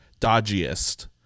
Dodgiest